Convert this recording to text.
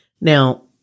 Now